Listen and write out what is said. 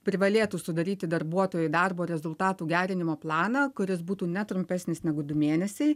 privalėtų sudaryti darbuotojui darbo rezultatų gerinimo planą kuris būtų ne trumpesnis negu du mėnesiai